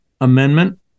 Amendment